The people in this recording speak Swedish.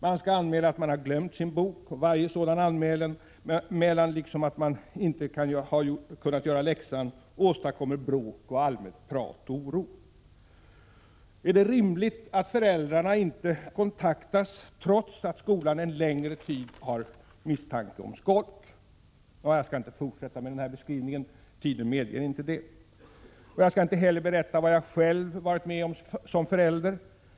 Man skall anmäla att man har glömt sin bok, och varje sådan anmälan — liksom anmälan om att man inte har kunnat göra läxan — åstadkommer bråk, allmänt prat och oro. Är det rimligt att föräldrarna inte kontaktas, trots att skolan en längre tid har haft misstanke om skolk? Ja, jag skall inte fortsätta med den här beskrivningen — tiden medger inte det. Jag skall inte heller berätta vad jag själv har varit med om som förälder.